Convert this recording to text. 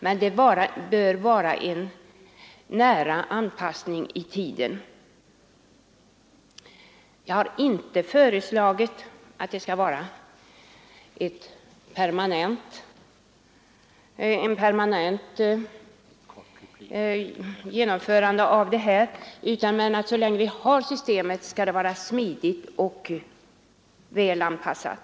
Men det bör vara en nära anpassning i tiden. Jag har inte föreslagit att detta skall vara en permanent ordning, men så länge vi har det här systemet skall det vara smidigt och väl anpassat.